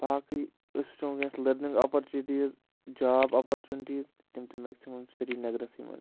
باقٕے أسۍ وٕچھو وٕنۍکٮ۪نَس لٔرنِنٛگ اَپرچُنٹیٖز جاب اَپرچُنٹیٖز تِم چھِ مٮ۪کسِمَم سرینَگرَسٕے منٛز